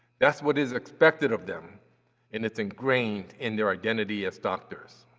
that's what is expected of them and it's ingrained in their identity as doctors.